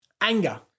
Anger